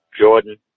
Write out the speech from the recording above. Jordan